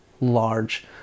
large